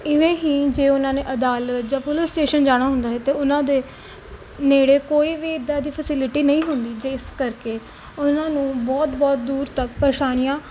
ਅਤੇ ਇਵੇਂ ਹੀ ਜੇ ਉਹਨਾਂ ਨੇ ਅਦਾਲਤ ਜਾਂ ਪੁਲਿਸ ਸਟੇਸ਼ਨ ਜਾਣਾ ਹੁੰਦਾ ਸੀ ਤਾਂ ਉਹਨਾਂ ਦੇ ਨੇੜੇ ਕੋਈ ਵੀ ਇੱਦਾਂ ਦੀ ਫੈਸਿਲਿਟੀ ਨਹੀਂ ਹੁੰਦੀ ਜਿਸ ਕਰਕੇ ਉਹਨਾਂ ਨੂੰ ਬਹੁਤ ਬਹੁਤ ਦੂਰ ਤੱਕ ਪਰੇਸ਼ਾਨੀਆਂ